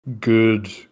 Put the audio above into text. good